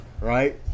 Right